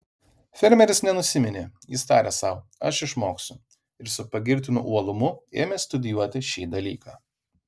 fermeris nenusiminė jis tarė sau aš išmoksiu ir su pagirtinu uolumu ėmė studijuoti šį dalyką